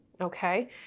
okay